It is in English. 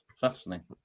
Fascinating